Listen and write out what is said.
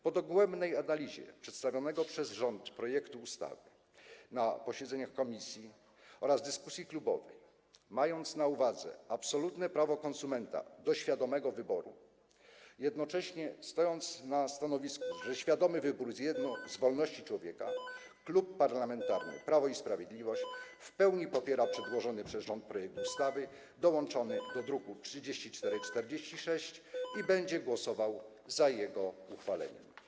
Po dogłębnej analizie przedstawionego przez rząd projektu ustawy na posiedzeniach komisji oraz po dyskusji klubowej, mając na uwadze absolutne prawo konsumenta do świadomego wyboru, jednocześnie stojąc na stanowisku, że świadomy wybór jest jedną z wolności człowieka, Klub Parlamentarny Prawo i Sprawiedliwość w pełni popiera przedłożony przez rząd projekt ustawy dołączony do sprawozdania z druku nr 3446 i będzie głosował za jego uchwaleniem.